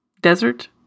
Desert